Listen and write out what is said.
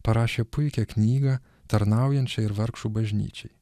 parašė puikią knygą tarnaujančią ir vargšų bažnyčiai